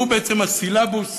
שהוא בעצם הסילבוס